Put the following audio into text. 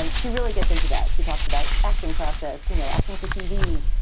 and she really gets into that. she talks about acting process, you know, acting for tv.